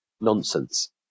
nonsense